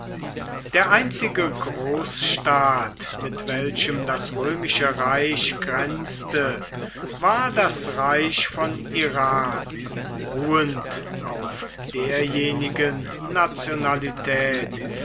der einzige großstaat mit welchem das römische reich grenzte war das reich von iran ruhend auf derjenigen nationalität